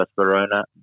Verona